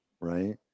right